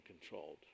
controlled